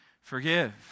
Forgive